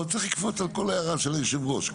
לא צריך לקפוץ על כל הערה של יושב הראש.